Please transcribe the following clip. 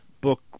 book